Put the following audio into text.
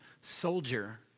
soldier